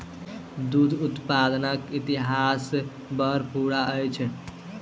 दूध उत्पादनक इतिहास बड़ पुरान अछि